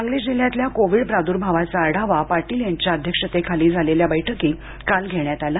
सांगली जिल्ह्यातील कोविड प्रादुर्भावाचा आढावा पाटील यांच्या अध्यक्षतेखाली झालेल्या बैठकीत काल घेण्यात आला